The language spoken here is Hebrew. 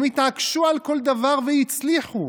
הם התעקשו על כל דבר והצליחו,